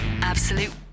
Absolute